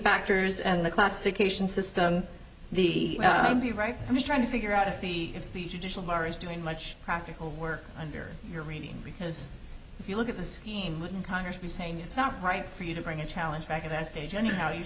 factors and the classification system be right i'm trying to figure out if the if the judicial mar is doing much practical work under your reading because if you look at the scheme wouldn't congress be saying it's not right for you to bring a challenge back to that stage anyhow you